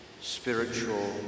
spiritual